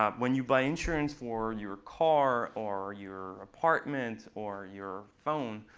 um when you buy insurance for your car, or your apartment, or your phone,